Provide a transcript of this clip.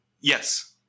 Yes